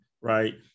right